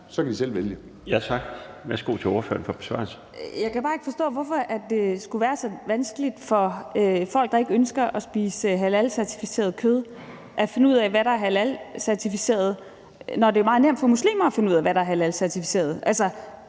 for besvarelsen. Kl. 16:48 Zenia Stampe (RV): Jeg kan bare ikke forstå, hvorfor det skulle være så vanskeligt for folk, der ikke ønsker at spise halalcertificeret kød, at finde ud af, hvad der er halalcertificeret, når det er meget nemt for muslimer at finde ud af, hvad der halalcertificeret.